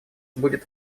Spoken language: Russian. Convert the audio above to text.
будет